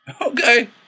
Okay